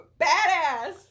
Badass